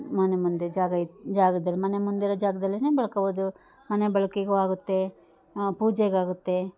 ಮನೆ ಮುಂದೆ ಜಾಗ ಇತ್ತು ಜಾಗದಲ್ಲಿ ಮನೆ ಮುಂದಿರೋ ಜಾಗ್ದಲ್ಲೇ ಬೆಳ್ಕೊಬೋದು ಮನೆ ಬಳಕೆಗೂ ಆಗುತ್ತೆ ಪೂಜೆಗಾಗುತ್ತೆ